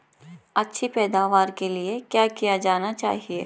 अच्छी पैदावार के लिए क्या किया जाना चाहिए?